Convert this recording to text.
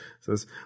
says